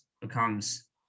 becomes